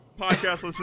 podcast